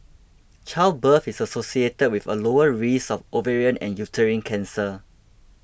childbirth is associated with a lower risk of ovarian and uterine cancer